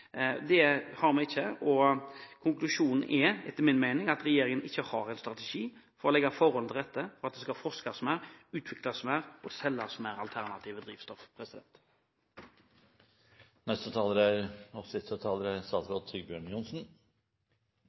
Det har vi ikke fått, og konklusjonen er etter min mening at regjeringen ikke har en strategi for å legge forholdene til rette for at det skal forskes mer, utvikles mer og selges mer alternative drivstoff. Til representanten Solvik-Olsen: Ja, saken er